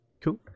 Cool